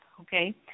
okay